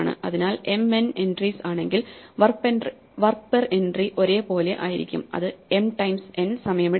അതിനാൽmn entries ആണെങ്കിൽ work per entry ഒരേപോലെ ആയിരിക്കും അത് m ടൈംസ് n സമയമെടുക്കും